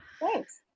Thanks